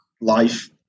life